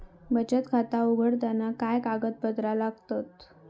बचत खाता उघडताना काय कागदपत्रा लागतत?